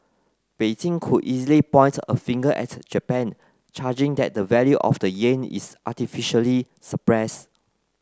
Beijing could easily point a finger at Japan charging that the value of the yen is artificially suppressed